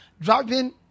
driving